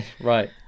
Right